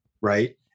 Right